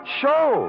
show